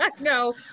No